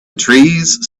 trees